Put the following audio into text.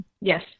Yes